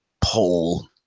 poll